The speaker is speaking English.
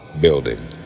Building